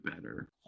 better